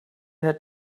had